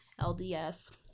LDS